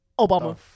Obama